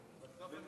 חבר